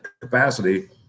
capacity